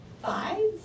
five